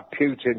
Putin